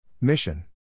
Mission